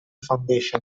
foundation